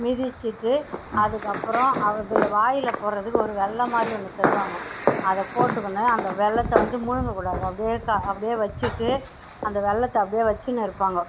மிதிச்சுட்டு அதுக்கப்றம் அதில் வாயில் போடுறதுக்கு ஒரு வெல்லம் மாரி ஒன்று தருவாங்க அதை போட்டுக்குனு அந்த வெல்லத்தை வந்து முழுங்க கூடாது அப்டே அப்டே வச்சுட்டு அந்த வெல்லத்தை அப்டே வச்சுனுருப்பாங்க